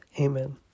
Amen